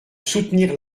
soutenir